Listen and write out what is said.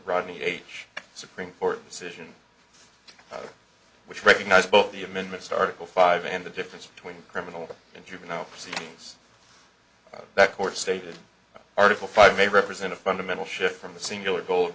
rodney age supreme court decision which recognized but the amendments article five and the difference between criminal and juvenile proceedings that court stated article five may represent a fundamental shift from the singular goal